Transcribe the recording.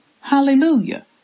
Hallelujah